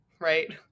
right